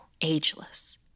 ageless